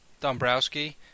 Dombrowski